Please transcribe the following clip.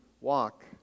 walk